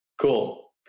Cool